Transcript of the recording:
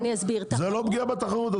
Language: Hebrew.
זו לא פגיעה בתחרות?